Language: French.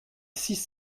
six